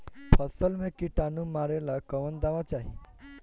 फसल में किटानु मारेला कौन दावा चाही?